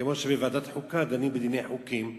כמו שבוועדת חוקה דנים בדיני חוקים,